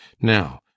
Now